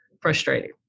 frustrating